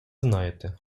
знаєте